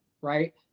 right